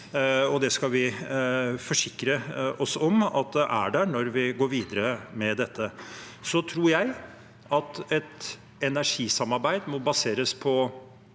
Det skal vi forsikre oss om at er der når vi går videre med dette. Jeg tror et energisamarbeid må baseres på